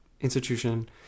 institution